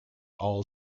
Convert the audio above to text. all